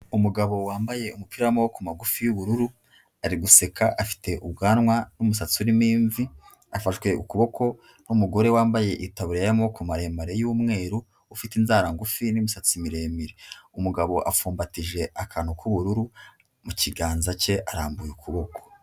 umugabo wambaye umupira w'amaboko magufi y'ubururu ari guseka afite ubwanwa n'umusatsi uririmo imvi afa ukuboko n'umugore wambaye itaburiya y'amaboko maremare yu'mweru ufite inzara ngufi n'imisatsi miremire umugabo apfumbatije akantu k'ubururu mu kiganza cye arambuye ukuboko.